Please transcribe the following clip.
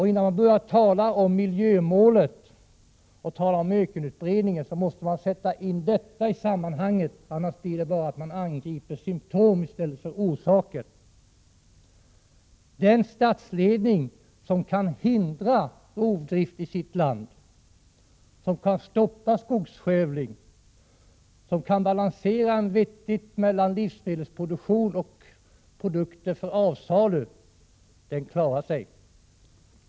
Innan vi börjar tala om miljömål och ökenutbredning, måste dessa saker sättas in i sammanhanget. Annars angrips bara symtom i stället för orsaker. Den statsledning som kan förhindra rovdrift i sitt land, som kan stoppa skogsskövling och som kan åstadkomma en vettig balans mellan livsmedelsproduktion och produkter för försäljning, klarar sig.